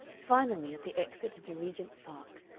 finally, at the exit into regent's park,